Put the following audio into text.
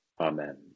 Amen